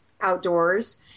outdoors